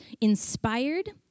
inspired